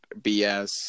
BS